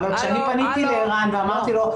-- אבל כשאני פניתי לערן ואמרתי לו,